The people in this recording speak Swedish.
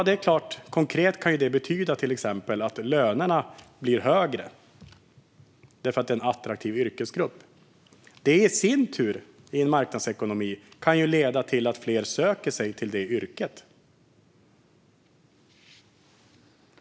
Det kan såklart konkret betyda att lönerna blir högre, därför att det är en attraktiv yrkesgrupp. I en marknadsekonomi kan det i sin tur leda till att fler söker sig till yrket.